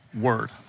Word